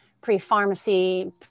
pre-pharmacy